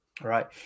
Right